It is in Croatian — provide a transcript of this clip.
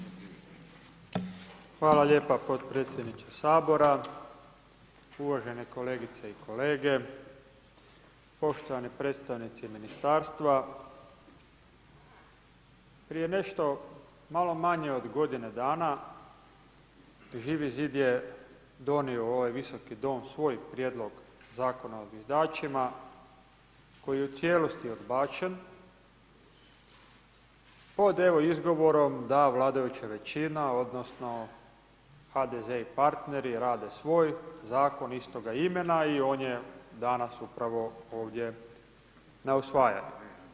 Hvala lijepa podpredsjedniče sabora, uvažene kolegice i kolege, poštovani predstavnici ministarstva, prije nešto malo manje od godine dana Živi zid je donio u ovaj visoki dom svoj prijedlog zakona o zviždačima koji je u cijelosti odbačen pod evo izgovorom da vladajuća većina odnosno HDZ i partneri rade svoj zakon istoga imena i on je danas upravo ovdje na usvajanju.